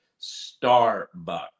Starbucks